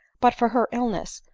but for her illness,